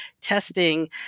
testing